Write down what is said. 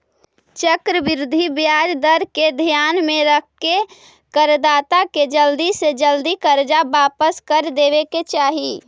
चक्रवृद्धि ब्याज दर के ध्यान में रखके करदाता के जल्दी से जल्दी कर्ज वापस कर देवे के चाही